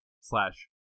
slash